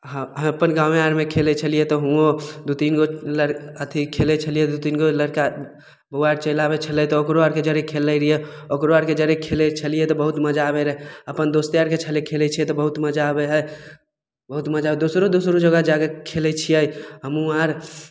हँ हँ अपन गाँवो आरमे खेलैत छलियै तऽ हुओँ दूतीन गो लड़का अथी खेलैत छलियै दूतीनगो लड़का बौआ कऽ चलि आबैत छलै तऽ ओकरो आरके जरे खेलैत रहियै ओकरो आरके जरे खेलैत छलियै तऽ बहुत मजा आबै रहै अपन दोस्ते आरके छलै खेलैत छियै तऽ बहुत मजा आबैत हइ बहुत मजा दोसरो दोसरो जगह जाके खेलैत छियै हमहुँ आर